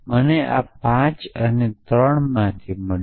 મને આ 5 અને 3 માથી મળ્યું